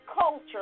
culture